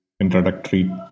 introductory